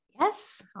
Yes